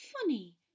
funny